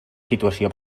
situació